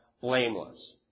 blameless